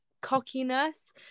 cockiness